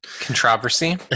Controversy